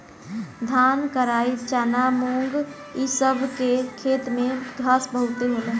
धान, कराई, चना, मुंग इ सब के खेत में घास बहुते होला